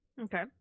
Okay